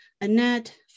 Annette